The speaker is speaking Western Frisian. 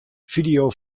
fideo